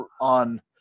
on